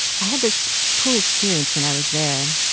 i had this cool experience when i was there.